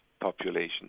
population